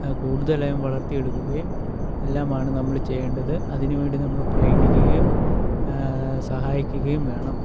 കൂടുതലായും വളർത്തി എടുക്കുകയും എല്ലാമാണ് നമ്മൾ ചെയ്യേണ്ടത് അതിനു വേണ്ടി നമ്മൾ പ്രയത്നിക്കുകയും സഹായിക്കുകയും വേണം